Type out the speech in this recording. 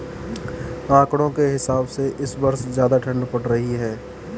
आंकड़ों के हिसाब से इस वर्ष ज्यादा ठण्ड पड़ी है